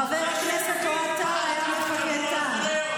חבר הכנסת אוהד טל היה מפקד טנק,